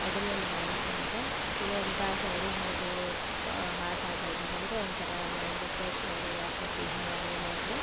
ಅದನ್ನೇ ಮಾಡೋದಕ್ಕಿಂತ ಈಗ ಒಂದು ತಾಸು ಅವರು ಹೊರಗಡೆ ಪ ಆಟ ಅದೆಲ್ಲ ಬಂದರೆ ಒಂಥರ ಮೈಂಡು ಪ್ರೆಶ್ಶಾಗಿ ಆಕ್ಕತಿ ಹೀಗಾಗಿ ಅವ್ರನ್ನ